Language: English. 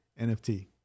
NFT